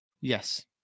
Yes